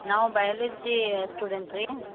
ನಾವು biology student ರೀ